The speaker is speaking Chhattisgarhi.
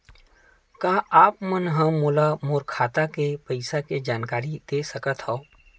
का आप मन ह मोला मोर खाता के पईसा के जानकारी दे सकथव?